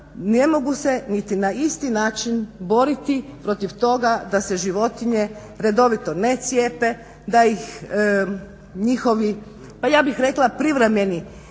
ne mogu na isti način boriti protiv toga da se životinje redovito ne cijepe da ih njihovi pa ja bih rekla privremeni